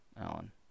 Alan